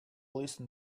listen